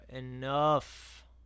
enough